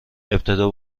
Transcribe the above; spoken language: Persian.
ابتدا